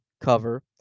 cover